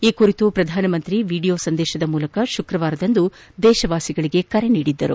ಈ ಕುರಿತು ಶ್ರಧಾನಮಂತ್ರಿ ವಿಡಿಯೋ ಸಂದೇಶದ ಮೂಲಕ ಶುಕ್ತವಾರ ದೇಶವಾಸಿಗಳಿಗೆ ಕರೆ ನೀಡಿದ್ದರು